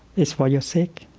it's for your sake,